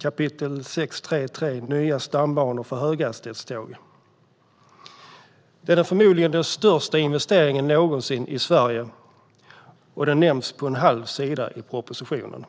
kapitel 6.3.3 har rubriken Nya stambanor för höghastighetståg. Det är förmodligen den största investeringen någonsin i Sverige, och den nämns på en halv sida i propositionen.